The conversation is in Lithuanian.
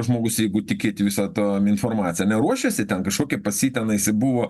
žmogus jeigu tikėti visa ta informacija ane ruošėsi ten kažkokį pas jį tenais ir buvo